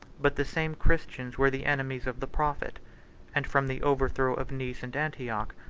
but the same christians were the enemies of the prophet and from the overthrow of nice and antioch,